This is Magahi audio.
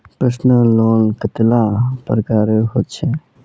पर्सनल लोन कतेला प्रकारेर होचे?